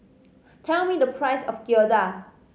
tell me the price of Gyoza